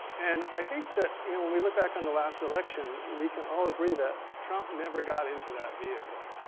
and i think that, when we look back on the last election, we can all agree that drumpf never got into that vehicle.